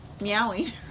meowing